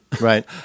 right